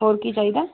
ਹੋਰ ਕੀ ਚਾਹੀਦਾ